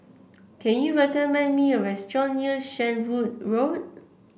can you recommend me a restaurant near Shenvood Road